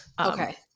Okay